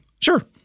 Sure